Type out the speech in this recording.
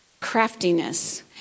craftiness